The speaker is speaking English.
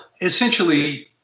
essentially